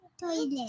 Toilet